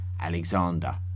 Alexander